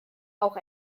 auch